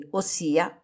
ossia